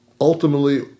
ultimately